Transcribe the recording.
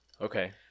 okay